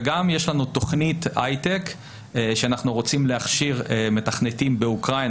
וגם יש לנו תכנית הייטק שאנחנו רוצים להכשיר מתכנתים באוקראינה,